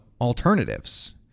alternatives